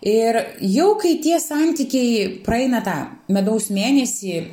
ir jau kai tie santykiai praeina tą medaus mėnesį